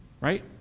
Right